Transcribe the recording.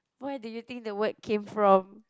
where did you think the word came from